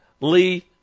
Lee